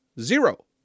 zero